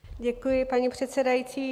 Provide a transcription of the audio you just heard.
Děkuji, paní předsedající.